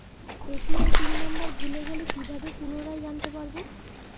ATM PIN number ভুলে গেলে কি ভাবে পুনরায় জানতে পারবো?